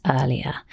earlier